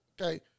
Okay